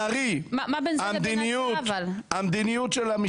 -- ותראו את העובדה שלצערי המדיניות של המשטרה